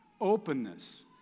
openness